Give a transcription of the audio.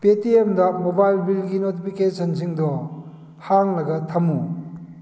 ꯄꯦꯇꯤꯑꯦꯝꯗ mobile ꯕꯤꯜꯒꯤ ꯅꯣꯇꯤꯐꯤꯀꯦꯁꯟꯁꯤꯡꯗꯣ ꯍꯥꯡꯂꯒ ꯊꯝꯃꯨ